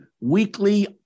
weekly